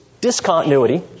discontinuity